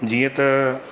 जीअं त